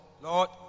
Lord